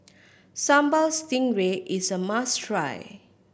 Sambal Stingray is a must try